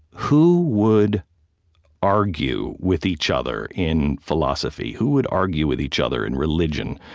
who would argue with each other in philosophy? who would argue with each other in religion?